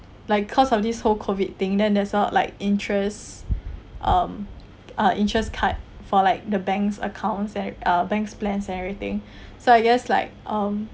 like cause of this whole COVID thing then that's all like interests um our interests cut for like the banks' accounts and uh banks' plans and everything so I guess like um